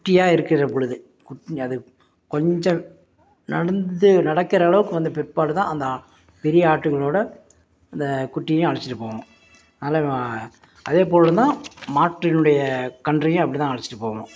குட்டியாக இருக்கிற பொழுது குட் அது கொஞ்சம் நடந்து நடக்கிற அளவுக்கு வந்த பிற்பாடு தான் அந்த பெரிய ஆடுகளோடு அந்த குட்டியும் அலைச்சிட்டு போவோம் நல்ல அது போல தான் மாட்டினுடைய கன்றையும் அப்படி தான் அலைச்சிட்டு போவோம்